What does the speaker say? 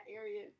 area